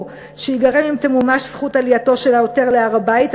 שייגרם אם תמומש זכות עלייתו של העותר להר-הבית,